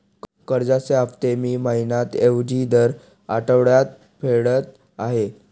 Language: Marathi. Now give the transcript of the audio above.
कर्जाचे हफ्ते मी महिन्या ऐवजी दर आठवड्याला फेडत आहे